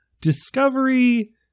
discovery